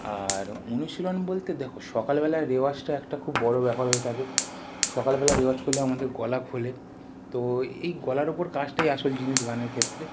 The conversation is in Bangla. আর অনুশীলন বলতে দেখো সকালবেলায় রেওয়াজটা একটা খুব বড় ব্যাপার হয়ে থাকে সকালবেলা রেওয়াজ করলে আমাদের গলা খোলে তো এই গলার উপর কাজটাই আসল জিনিস গানের ক্ষেত্রে